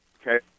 Okay